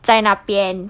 在那边